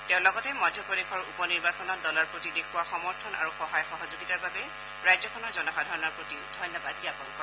শ্ৰীমোদীয়ে লগতে মধ্যপ্ৰদেশৰ উপ নিৰ্বাচনত দলৰ প্ৰতি দেখওৱা সমৰ্থন আৰু সহায় সহযোগিতাৰ বাবে ৰাজ্যখনৰ জনসাধাৰণৰ প্ৰতি ধন্যবাদ জ্ঞাপন কৰে